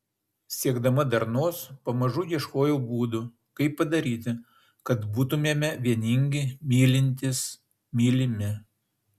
siekdama darnos pamažu ieškojau būdų kaip padaryti kad būtumėme vieningi mylintys mylimi